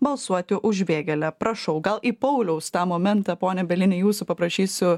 balsuoti už vėgėlę prašau gal į pauliaus tą momentą pone bielini jūsų paprašysiu